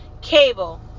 cable